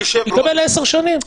הוא יקבל ל-10 שנים.